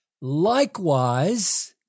likewise